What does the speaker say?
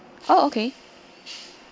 oh okay